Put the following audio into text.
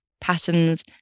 patterns